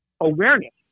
awareness